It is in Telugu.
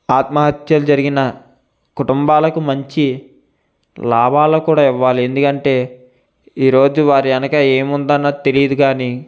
ఆత్మహత్యలు జరిగిన కుటుంబాలకు మంచి లాభాలు కూడా ఇవ్వాలి ఎందుకంటే ఈరోజు వారి వెనక ఏముందన్నది తెలియదు కానీ